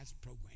program